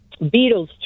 Beatles